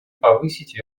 повысить